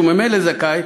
שהוא ממילא זכאי,